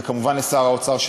וכמובן לשר האוצר,